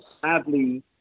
Sadly